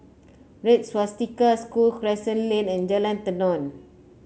Red Swastika School Crescent Lane and Jalan Tenon